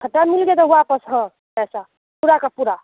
खट्टा मिल गया तो वापस हाँ पैसा पूरा का पूरा